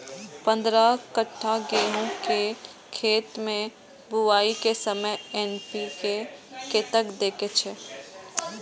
पंद्रह कट्ठा गेहूं के खेत मे बुआई के समय एन.पी.के कतेक दे के छे?